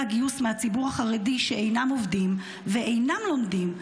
הגיוס מהציבור החרדי שאינם עובדים ואינם לומדים?